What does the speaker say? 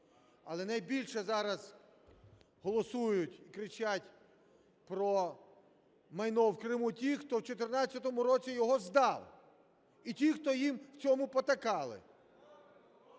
Але найбільше зараз голосують і кричать про майно в Криму ті, хто в 2014 році його здав, і ті, хто їм в цьому потакали.